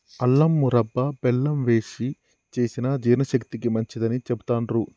అల్లం మురబ్భ బెల్లం వేశి చేసిన జీర్ణశక్తికి మంచిదని చెబుతాండ్రు